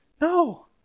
No